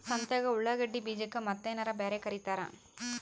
ಸಂತ್ಯಾಗ ಉಳ್ಳಾಗಡ್ಡಿ ಬೀಜಕ್ಕ ಮತ್ತೇನರ ಬ್ಯಾರೆ ಕರಿತಾರ?